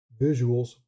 visuals